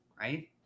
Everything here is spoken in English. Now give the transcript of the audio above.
Right